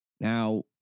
Now